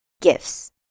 Gifts